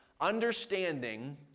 understanding